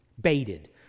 baited